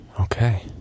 Okay